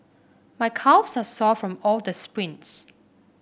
my calves are sore from all the sprints